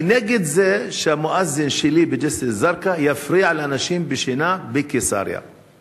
אני נגד זה שהמואזין שלי בג'סר א-זרקא יפריע לאנשים בקיסריה בשנתם.